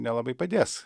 nelabai padės